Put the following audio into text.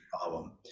problem